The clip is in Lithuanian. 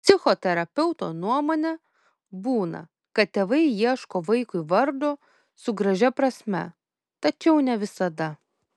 psichoterapeuto nuomone būna kad tėvai ieško vaikui vardo su gražia prasme tačiau ne visada